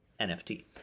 NFT